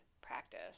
practice